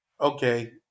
okay